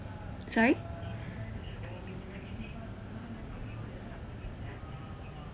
sorry